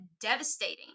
devastating